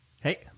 Hey